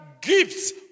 gifts